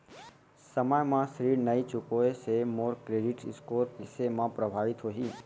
समय म ऋण नई चुकोय से मोर क्रेडिट स्कोर कइसे म प्रभावित होही?